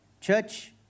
church